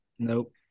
Nope